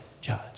judge